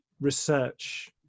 research